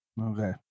okay